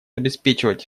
обеспечивать